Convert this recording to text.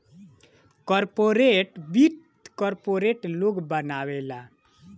corporate वित्त corporate लोग बनावेला